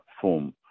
form